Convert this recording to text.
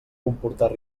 comportar